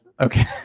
Okay